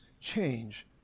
change